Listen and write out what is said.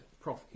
Prof